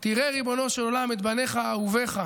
תראה, ריבונו של עולם, את בניך אהוביך,